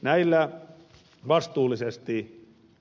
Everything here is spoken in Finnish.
herra puhemies